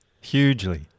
Hugely